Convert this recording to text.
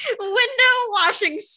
window-washing